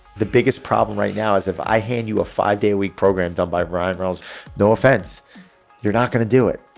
the biggest problem right now is if i hand you a five day week program dubbed by ryan rawls no offense you're not going to do it.